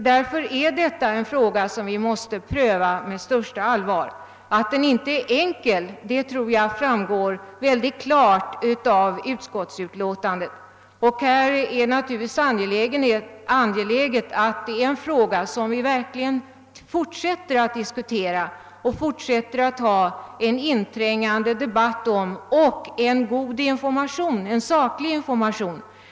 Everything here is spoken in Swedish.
Därför är detta en fråga som vi måste pröva med största allvar. Att den inte är enkel tror jag framgår klart av utskottsutlåtandet. Det är angeläget att vi fortsätter att inträngande debattera denna fråga och får en saklig information.